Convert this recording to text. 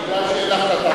מכיוון שאין החלטה כזאת,